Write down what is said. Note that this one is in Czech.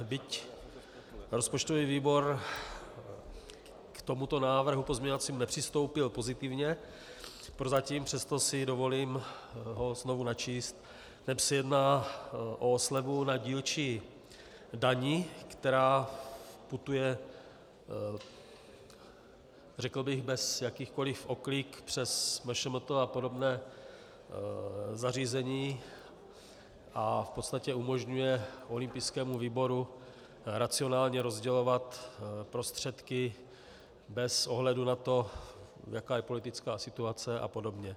Byť rozpočtový výbor k tomuto pozměňovacímu návrhu nepřistoupil pozitivně prozatím, přesto si ho dovolím znovu načíst, neb se jedná o slevu na dílčí dani, která putuje, řekl bych, bez jakýchkoliv oklik přes MŠMT a podobná zařízení a v podstatě umožňuje olympijskému výboru racionálně rozdělovat prostředky bez ohledu na to, jaká je politická situace a podobně.